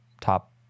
top